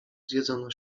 zjedzono